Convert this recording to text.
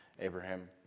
Abraham